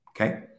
Okay